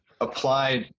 applied